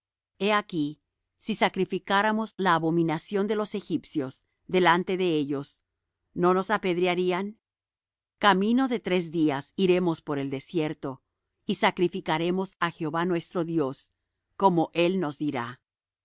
he aquí si sacrificáramos la abominación de los egipcios delante de ellos no nos apedrearían camino de tres días iremos por el desierto y sacrificaremos á jehová nuestro dios como él nos dirá